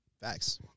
Facts